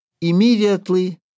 Immediately